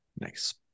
Nice